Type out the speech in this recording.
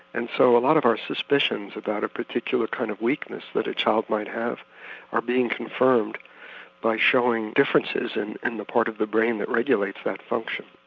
and so a lot of our suspicions about a particular kind of weakness that a child might have are being confirmed by showing differences in and the part of the brain that regulates that function.